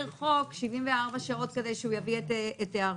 חוק 74 שעות כדי שהוא יביא את הערותיו.